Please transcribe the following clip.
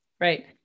Right